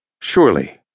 Surely